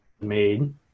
made